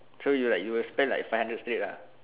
so you will like you will spend like five hundred straight lah